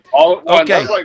Okay